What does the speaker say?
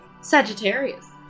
Sagittarius